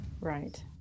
Right